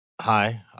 Hi